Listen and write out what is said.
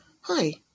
Hi